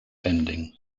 ending